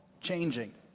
changing